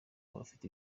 abafite